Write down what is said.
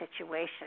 situation